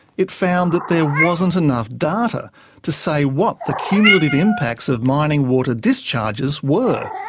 it found that there wasn't enough data to say what the cumulative impacts of mining water discharges were.